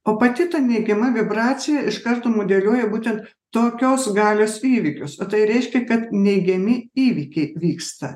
o pati ta neigiama vibracija iš karto modeliuoja būtent tokios galios įvykius o tai reiškia kad neigiami įvykiai vyksta